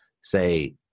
say